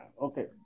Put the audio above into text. Okay